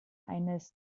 eines